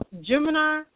Gemini